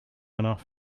enough